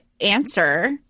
answer